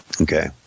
Okay